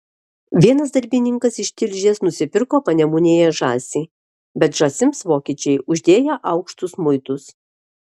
vienas darbininkas iš tilžės nusipirko panemunėje žąsį bet žąsims vokiečiai uždėję aukštus muitus